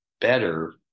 better